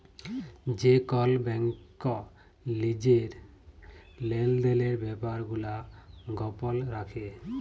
যে কল ব্যাংক লিজের লেলদেলের ব্যাপার গুলা গপল রাখে